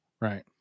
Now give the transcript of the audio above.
Right